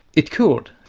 it could.